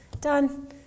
done